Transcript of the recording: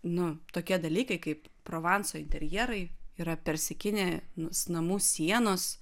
nu tokie dalykai kaip provanso interjerai yra persikinė nu namų sienos